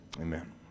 amen